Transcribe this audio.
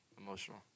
Emotional